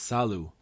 Salu